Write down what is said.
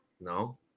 No